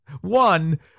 one